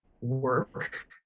work